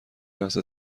لحظه